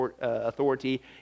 authority